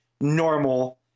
normal